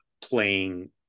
playing